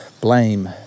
blame